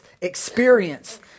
experience